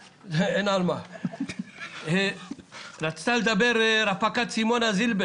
החלטה, רצתה לדבר רפ"ק סימונה זילבר